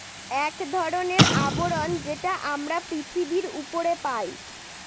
এক ধরনের আবরণ যেটা আমরা পৃথিবীর উপরে পাই